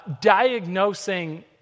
diagnosing